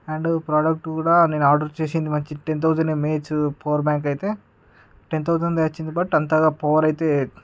and product కూడా నేను order చేసింది వచ్చి ten thousand mAh power bank అయితే టెన్ థౌసండ్దే వచ్చింది బట్ అంతగా పవర్ అయితే